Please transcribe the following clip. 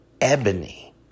ebony